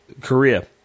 Korea